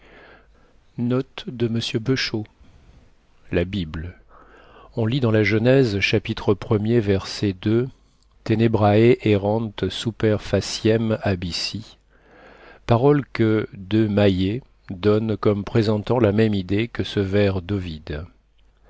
la bible on lit dans la genèse chapitre ier verset tenebrae erant super faciem abyssi paroles que de maillet donne comme présentant la même idée que ce vers